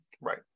right